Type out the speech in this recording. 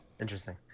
Interesting